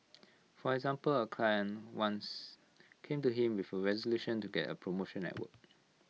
for example A client once came to him with A resolution to get A promotion at work